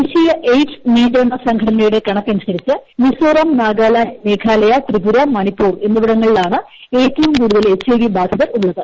ദേശീയ എയ്ഡ്സ് നിയന്ത്രണ സംഘടനയുടെ കണക്കനുസരിച്ച് മിസോറാം നാഗാലാൻഡ് മേഘാലയ ത്രിപുര മണിപ്പൂർ എന്നിവിടങ്ങളിലാണ് ഏറ്റവും കൂടുതൽ എച്ച് ഐ വി ബാധിതർ ഉള്ളത്